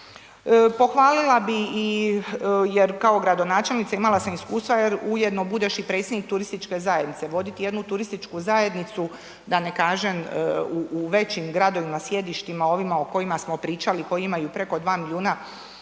Pohvalila bi i jer kao gradonačelnica imala sam iskustva jer ujedno budeš i predsjednik turističke zajednice. Vodit jednu turističku zajednicu da ne kažem u većim gradovima, sjedištima ovima o kojima pričali koji imaju preko 2 miliona